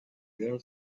girl